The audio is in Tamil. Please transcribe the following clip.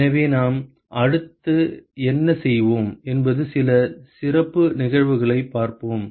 எனவே நாம் அடுத்து என்ன செய்வோம் என்பது சில சிறப்பு நிகழ்வுகளைப் பார்ப்போம்